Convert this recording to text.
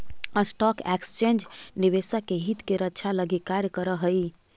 stock exchange निवेशक के हित के रक्षा लगी कार्य करऽ हइ